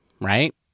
right